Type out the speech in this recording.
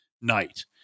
night